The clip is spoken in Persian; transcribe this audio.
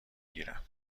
گیرم